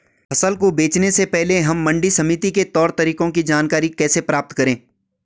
फसल को बेचने से पहले हम मंडी समिति के तौर तरीकों की जानकारी कैसे प्राप्त करें?